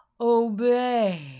Obey